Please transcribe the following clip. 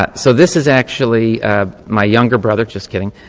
but so this is actually my younger brother, just kidding,